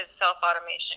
self-automation